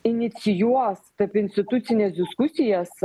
inicijuos tarpinstitucines diskusijas